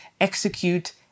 execute